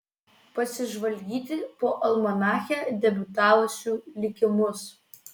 pasižvalgyti po almanache debiutavusių likimus